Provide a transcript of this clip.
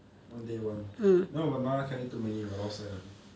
one day one now banana cannot eat too many will lao sai [one]